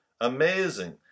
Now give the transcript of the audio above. amazing